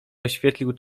oświetlił